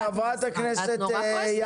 את נורא כועסת.